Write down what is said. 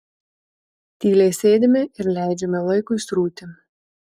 tyliai sėdime ir leidžiame laikui srūti